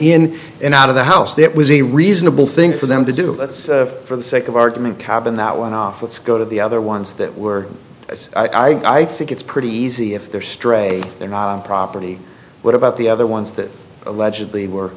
in and out of the house that was a reasonable thing for them to do for the sake of argument cabin that went off let's go to the other ones that were as i think it's pretty easy if they're stray they're not property what about the other ones that allegedly were